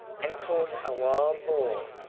and caught a wild boar,